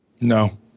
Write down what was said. No